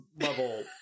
level